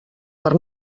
per